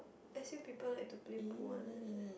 S_U people like to play pool one eh